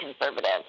conservative